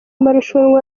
marushanwa